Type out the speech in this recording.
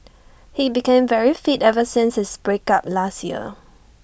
he became very fit ever since his break up last year